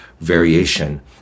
variation